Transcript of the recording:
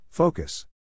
Focus